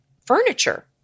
furniture